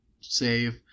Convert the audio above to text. save